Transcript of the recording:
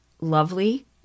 lovely